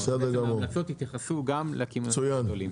בעצם, ההמלצות יתייחסו גם לקמעונאים הגדולים.